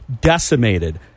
decimated